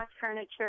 furniture